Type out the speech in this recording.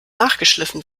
nachgeschliffen